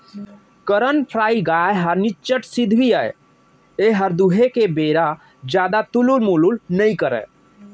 करन फ्राइ गाय ह निच्चट सिधवी अय एहर दुहे के बेर जादा तुलुल मुलुल नइ करय